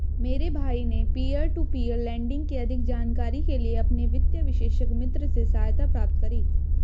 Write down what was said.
मेरे भाई ने पियर टू पियर लेंडिंग की अधिक जानकारी के लिए अपने वित्तीय विशेषज्ञ मित्र से सहायता प्राप्त करी